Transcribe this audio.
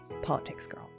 politicsgirl